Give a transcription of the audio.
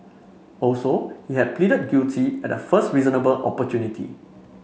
also he had pleaded guilty at the first reasonable opportunity